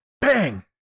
Bang